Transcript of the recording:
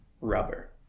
rubber